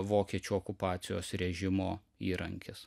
vokiečių okupacijos režimo įrankis